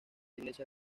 iglesia